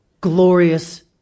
glorious